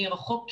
מרחוק,